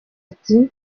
ati